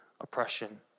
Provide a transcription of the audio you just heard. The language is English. oppression